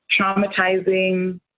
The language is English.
traumatizing